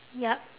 yup